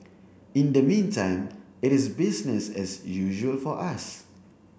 in the meantime it is business as usual for us